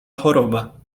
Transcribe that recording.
choroba